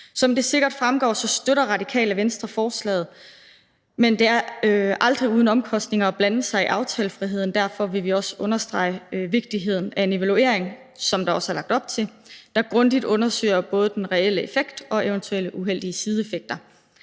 Som det sikkert fremgår, støtter Radikale Venstre forslaget, men det er aldrig uden omkostninger at blande sig i aftalefriheden, og derfor vil vi også understrege vigtigheden af en evaluering, som der også er lagt op til, og som grundigt undersøger både den reelle effekt og eventuelle uheldige sideeffekter.